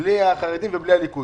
בלי החרדים ובלי הליכוד.